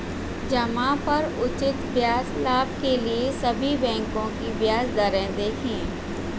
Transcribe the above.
जमा पर उचित ब्याज लाभ के लिए सभी बैंकों की ब्याज दरें देखें